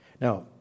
Now